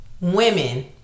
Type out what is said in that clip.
women